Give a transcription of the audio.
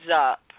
up